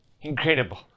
Incredible